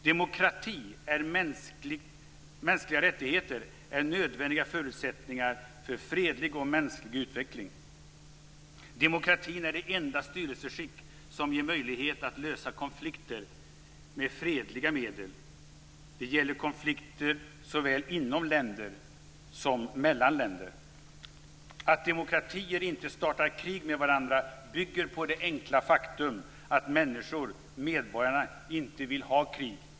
Demokrati och mänskliga rättigheter är nödvändiga förutsättningar för fredlig och mänsklig utveckling. Demokratin är det enda styrelseskick som ger möjlighet att lösa konflikter med fredliga medel. Det gäller konflikter såväl inom länder som mellan länder. Att demokratier inte startar krig med varandra bygger på det enkla faktum att människorna, medborgarna, inte vill ha krig.